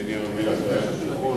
בין ים-המלח לים התיכון,